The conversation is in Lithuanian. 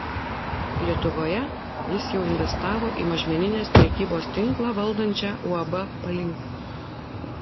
lietuvoje jis jau investavo į mažmeninės prekybos tinklą valdančią uab palink